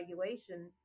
regulation